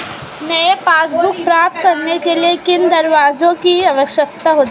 नई पासबुक प्राप्त करने के लिए किन दस्तावेज़ों की आवश्यकता होती है?